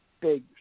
big